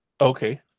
Okay